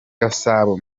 gasabo